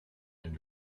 and